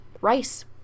rice